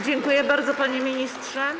Dziękuję bardzo, panie ministrze.